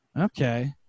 Okay